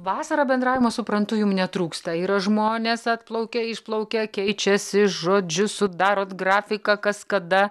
vasarą bendravimo suprantu jums netrūksta yra žmonės atplaukia išplaukia keičiasi žodžiu sudarot grafiką kas kada